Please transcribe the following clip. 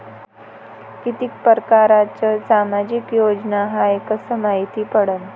कितीक परकारच्या सामाजिक योजना हाय कस मायती पडन?